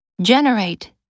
Generate